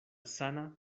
sana